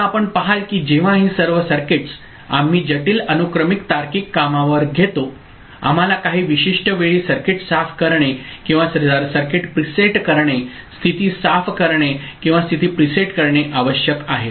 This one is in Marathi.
आता आपण पहाल की जेव्हा हे सर्व सर्किट्स आम्ही जटिल अनुक्रमिक तार्किक कामावर घेतो आम्हाला काही विशिष्ट वेळी सर्किट साफ करणे किंवा सर्किट प्रीसेट करणे स्थिती साफ करणे किंवा स्थिती प्रीसेट करणे आवश्यक आहे